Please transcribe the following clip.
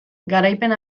garaipen